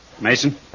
Mason